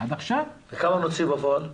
וכמה נוציא בפועל?